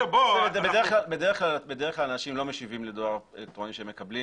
בדרך כלל אנשים לא משיבים לדואר אלקטרוני שהם מקבלים,